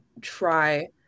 try